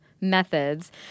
methods